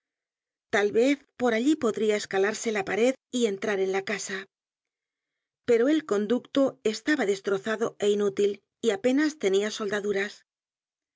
tal vez por allí podría escalarse la pared y entrar en la casa pero el conducto estaba destrozado é inútil y apenas tenia soldaduras